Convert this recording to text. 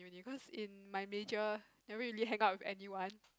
in uni cause in my major never really hang out with anyone